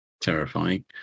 terrifying